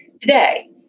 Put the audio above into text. today